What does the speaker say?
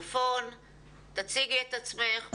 תציגי את עצמך.